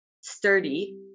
sturdy